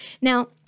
Now